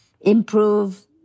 improve